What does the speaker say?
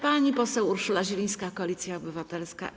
Pani poseł Urszula Zielińska, Koalicja Obywatelska.